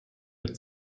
der